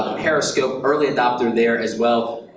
periscope, early adopter there as well,